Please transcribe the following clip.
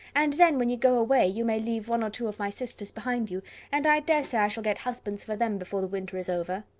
and then when you go away, you may leave one or two of my sisters behind you and i dare say i shall get husbands for them before the winter is over.